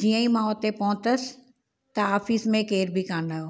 जीअं ई मां हुते पहुतसि त ऑफिस में केर बि कोन हुओ